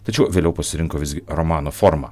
tačiau vėliau pasirinko visgi romano formą